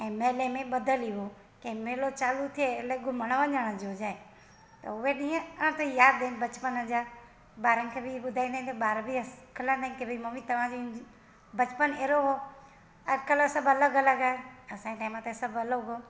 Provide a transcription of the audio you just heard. ऐं मेले में ॿधल ई हुओ कि मेलो चालू थिए अले घुमण वञण जो हुजे त उहे ॾींहं अञा ताईं यादि आहिनि बचपन जा ॿारनि खे बि ॿुधाईंदा आहियूं त ॿार बि खिलंदा आहिनि कि भाई मम्मी तव्हां जी इंजोय बचपन अहिड़ो हो अॼुकाल्ह सभु अलॻि अलॻि आहिनि असांजे टाइम ते सभु अलॻि हो